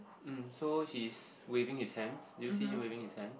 um so he's waving his hands do you see him waving his hand